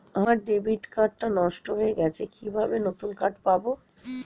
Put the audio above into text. আমার debit card টা নষ্ট হয়ে গেছে কিভাবে নতুন কার্ড পাব?